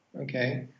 okay